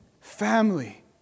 family